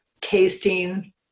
tasting